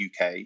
UK